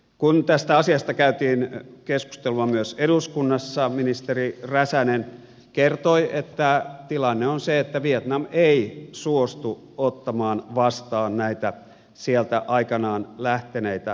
kun tästä asiasta käytiin keskustelua myös eduskunnassa ministeri räsänen kertoi että tilanne on se että vietnam ei suostu ottamaan vastaan näitä sieltä aikanaan lähteneitä rikollisia